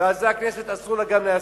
וגם לזה הכנסת אסור לה להסכים: